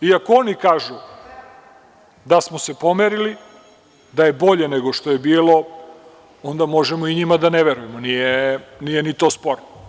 I ako oni kažu da smo se pomerili, da je bolje nego što je bilo, onda možemo i njima da ne verujemo, nije ni to sporno.